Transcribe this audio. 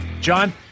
John